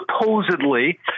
supposedly